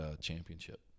championship